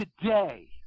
today